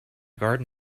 garden